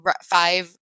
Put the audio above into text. five